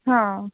ହଁ